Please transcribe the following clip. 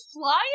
flying